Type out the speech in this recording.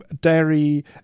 dairy